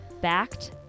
Backed